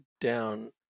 down